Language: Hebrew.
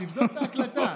תבדוק את ההקלטה.